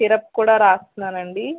syrup కూడా రాస్తున్నానండి